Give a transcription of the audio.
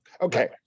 okay